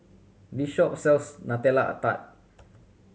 this shop sells Nutella Tart